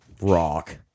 Rock